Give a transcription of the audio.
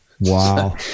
Wow